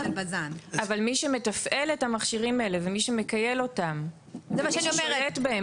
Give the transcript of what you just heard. אבל מי שמתפעל את המכשירים האלה ומי שמכייל אותם ומי ששולט בהם,